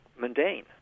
mundane